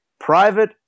Private